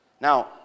Now